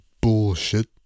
bullshit